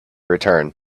return